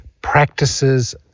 practices